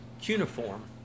Cuneiform